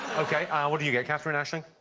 ok. ah what did you get, katherine, aisling?